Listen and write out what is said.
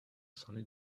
sunny